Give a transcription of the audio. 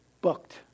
Booked